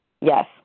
Yes